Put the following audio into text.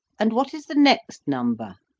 and what is the next number.